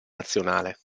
nazionale